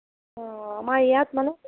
অঁ আমাৰ ইয়াত মানে